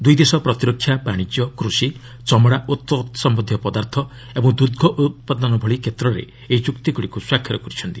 ଦୁଇଦେଶ ପ୍ରତିରକ୍ଷା ବାଶିଜ୍ୟ କୃଷି ଚମଡ଼ା ଓ ତତ୍ସମ୍ୟନ୍ଧୀୟ ପଦାର୍ଥ ଏବଂ ଦୁଗ୍ମ ଉତ୍ପାଦନ ଭଳି କ୍ଷେତ୍ରରେ ଏହି ଚୁକ୍ତିଗୁଡ଼ିକୁ ସ୍ୱାକ୍ଷର କରିଛନ୍ତି